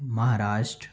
Maharashtra